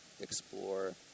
explore